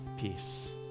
peace